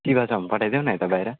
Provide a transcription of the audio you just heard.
पठाइदेऊ न यता बाहिर